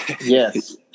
Yes